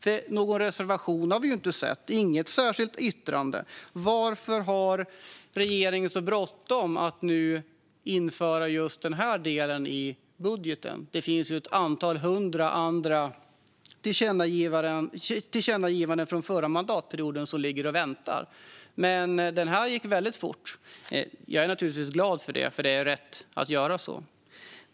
Någon reservation har vi inte sett, och inte något särskilt yttrande. Varför har regeringen nu så bråttom att införa just denna del i budgeten? Det finns ju hundratals andra tillkännagivanden från förra mandatperioden som ligger och väntar, men detta gick väldigt fort. Jag är naturligtvis glad för det, för det är rätt att göra så.